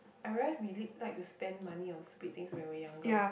I realised we lit like to spend money on stupid things when we were younger